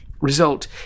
result